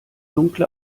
dunkle